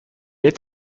est